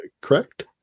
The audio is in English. correct